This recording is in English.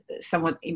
somewhat